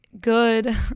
good